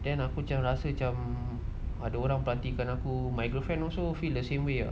then aku macam rasa macam ada orang party kan aku my girlfriend also feel the same way ah